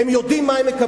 הם יודעים מה הם מקבלים,